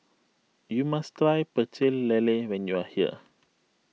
you must try Pecel Lele when you are here